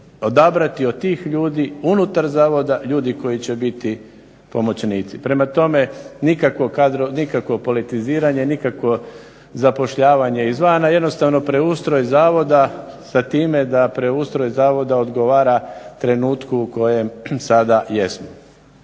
odabrati od tih ljudi unutar zavoda ljudi koji će biti pomoćnici. Prema tome, nikakvo politiziranje, nikakvo zapošljavanje izvana jednostavno preustroj zavoda sa time da preustroj zavoda odgovara trenutku u kojem sada jesmo.